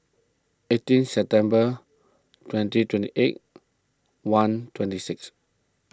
eighteen September twenty twenty eight one twenty six